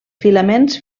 filaments